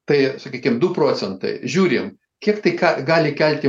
tai sakykim du procentai žiūrim kiek tai ką gali kelti